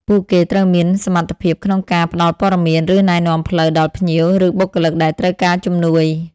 ពួកគេត្រូវមានសមត្ថភាពក្នុងការ ផ្ដល់ព័ត៌មាន ឬណែនាំផ្លូវ ដល់ភ្ញៀវ ឬបុគ្គលិកដែលត្រូវការជំនួយ។